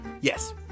Yes